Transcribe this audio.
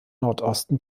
nordosten